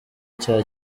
cya